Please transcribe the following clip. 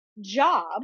job